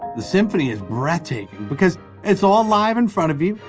the symphony is breath-taking, because it's all live in front of you,